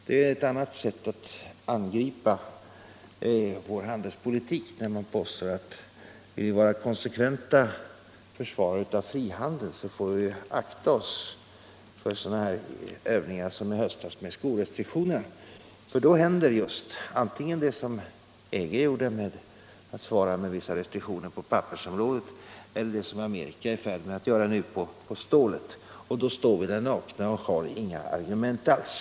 Det är ett annat sätt att angripa vår handelspolitik när man påstår att vi, om vi vill vara konsekventa försvarare av frihandeln, får akta oss för sådana här övningar som i höstas med importbegränsning av skor. Då händer just sådant som att EG svarar med vissa importrestriktioner på pappersområdet eller att Amerika, som nu håller på att ske, gör importbegränsningar av stålet. Då står vi där nakna och har inga argument alls.